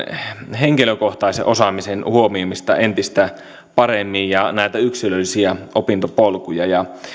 henkilökohtaisen osaamisen huomioimista entistä paremmin ja näitä yksilöllisiä opintopolkuja